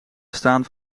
bestaan